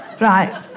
right